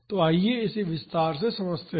तो आइए इसे विस्तार से समझते हैं